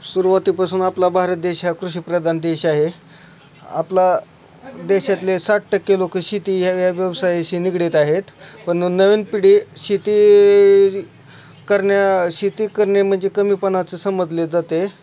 सुरुवातीपासून आपला भारत देश हा कृषीप्रधान देश आहे आपला देशातले साठ टक्के लोक शेती ह्या या व्यवसायाशी निगडत आहेत पण नवीन पिढी शेती करण्या शेती करणे म्हणजे कमीपणाचं समजले जाते